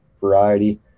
variety